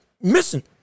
missing